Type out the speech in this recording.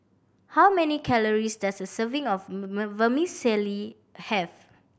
how many calories does a serving of Vermicelli have